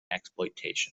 exploitation